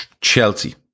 Chelsea